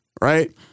Right